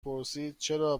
پرسیدچرا